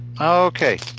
Okay